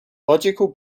logical